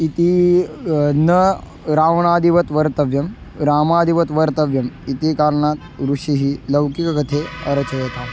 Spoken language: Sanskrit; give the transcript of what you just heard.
इति न रावणादिवत् वर्तव्यं रामादिवत् वर्तव्यम् इति कारणात् ऋषिः लौकिककथाम् अरचयताम्